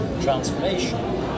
transformation